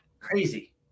crazy